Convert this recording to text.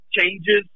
changes